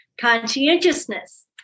Conscientiousness